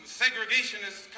segregationist